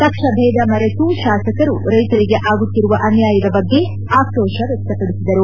ಪಕ್ಷ ಭೇದ ಮರೆತು ಶಾಸಕರು ರೈಶರಿಗೆ ಆಗುತ್ತಿರುವ ಅನ್ಕಾಯದ ಬಗ್ಗೆ ಆಕ್ರೋಶ ವ್ಯಕ್ತಪಡಿಸಿದರು